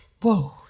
whoa